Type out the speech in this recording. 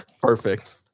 Perfect